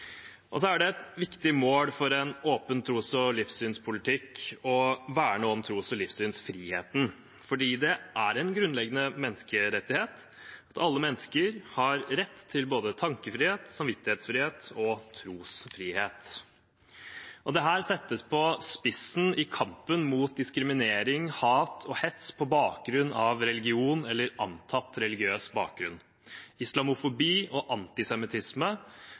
er et viktig mål for en åpen tros- og livssynspolitikk å verne om tros- og livssynsfriheten, for det er en grunnleggende menneskerettighet at alle mennesker har rett til både tankefrihet, samvittighetsfrihet og trosfrihet. Dette settes på spissen i kampen mot diskriminering, hat og hets på bakgrunn av religion eller antatt religiøs bakgrunn. Islamofobi og antisemittisme,